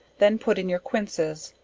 then put in your quinces,